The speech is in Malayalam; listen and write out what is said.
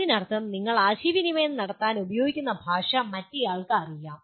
അതിനർത്ഥം നിങ്ങൾ ആശയവിനിമയം നടത്താൻ ഉപയോഗിക്കുന്ന ഭാഷ മറ്റേയാൾക്ക് അറിയാം